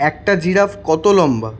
একটা জিরাফ কত লম্বা